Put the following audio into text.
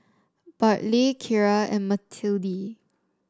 Bartley Kira and Matilde